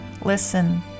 Listen